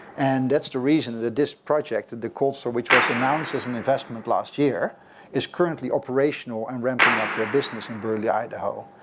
and that's the reason this project the course of which was announced as an investment last year is currently operational and ramping up their business in burley, idaho.